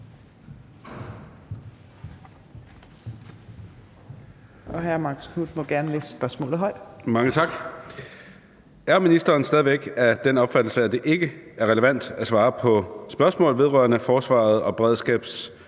15:33 Marcus Knuth (KF): Mange tak. Er ministeren stadig væk af den opfattelse, at det ikke er relevant at svare på spørgsmål vedrørende forsvarets og beredskabets